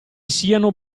siano